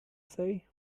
say